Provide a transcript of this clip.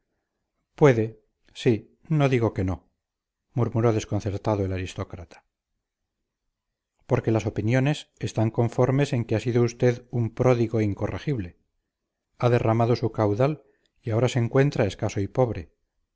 puede sí no digo que no murmuró desconcertado el aristócrata porque las opiniones están conformes en que ha sido usted un pródigo incorregible ha derramado su caudal y ahora se encuentra escaso y pobre